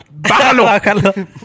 bájalo